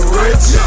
rich